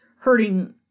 hurting